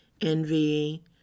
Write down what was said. envy